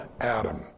Adam